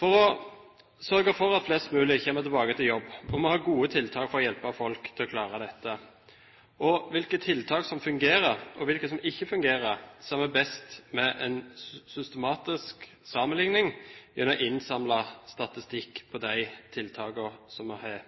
For å sørge for at flest mulig kommer tilbake i jobb, må vi ha gode tiltak for å hjelpe folk til å klare dette. Hvilke tiltak som fungerer, og hvilke som ikke fungerer, ser vi best ved en systematisk sammenlikning gjennom innsamlet statistikk på de tiltakene vi har.